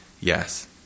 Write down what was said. yes